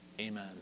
Amen